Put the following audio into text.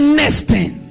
nesting